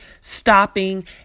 stopping